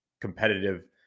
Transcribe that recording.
competitive